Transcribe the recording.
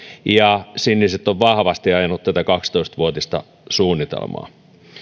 ja siniset ovat vahvasti ajaneet tätä kaksitoista vuotista suunnitelmaa